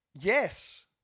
Yes